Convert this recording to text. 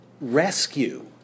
rescue